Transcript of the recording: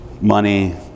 money